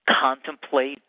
Contemplate